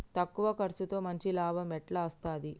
తక్కువ కర్సుతో మంచి లాభం ఎట్ల అస్తది?